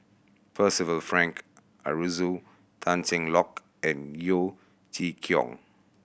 Percival Frank Aroozoo Tan Cheng Lock and Yeo Chee Kiong